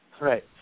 right